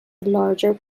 larger